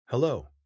Hello